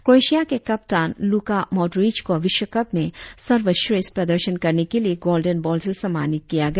Croatia के कप्तान Luka Modric को विश्व कप में सर्वश्रेठ प्रदर्शन करने के लिए गोल्डन बॉल से सम्मानित किया गया